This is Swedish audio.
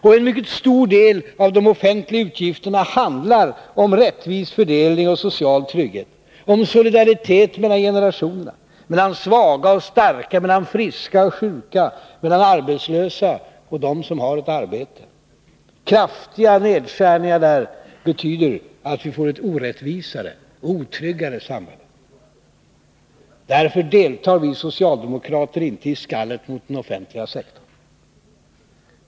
Och en mycket stor del av de offentliga utgifterna handlar om rättvis fördelning och social trygghet, om solidaritet mellan generationerna, mellan svaga och starka, mellan friska och sjuka, mellan arbetslösa och dem som har ett arbete. Kraftiga nedskärningar där betyder att vi får ett orättvisare och otryggare samhälle. Därför deltar vi socialdemokrater inte i skallet mot den offentliga sektorn.